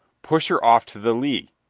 push her off to the lee.